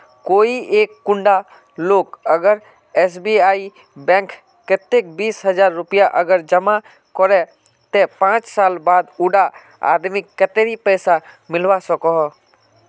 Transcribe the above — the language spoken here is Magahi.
कोई एक कुंडा लोग अगर एस.बी.आई बैंक कतेक बीस हजार रुपया अगर जमा करो ते पाँच साल बाद उडा आदमीक कतेरी पैसा मिलवा सकोहो?